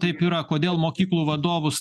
taip yra kodėl mokyklų vadovus